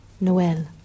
Noel